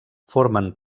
formen